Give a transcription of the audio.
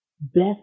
best